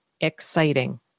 exciting